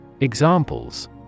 Examples